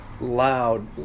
loud